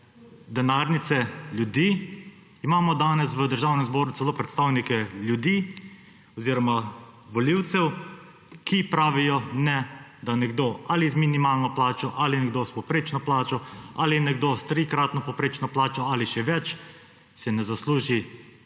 denarnice ljudi, imamo danes v Državnem zboru celo predstavnike ljudi oziroma volivcev, ki pravijo, da si nekdo z minimalno plačo ali nekdo s povprečno plačo ali nekdo s trikratno povprečno plačo ali še več ne zasluži